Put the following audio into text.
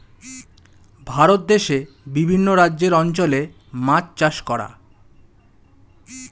ভারত দেশে বিভিন্ন রাজ্যের অঞ্চলে মাছ চাষ করা